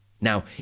Now